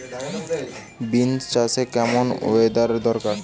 Beans চাষে কেমন weather দরকার?